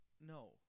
No